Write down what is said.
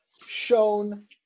shown